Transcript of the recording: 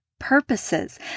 purposes